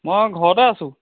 মই ঘৰতে আছোঁ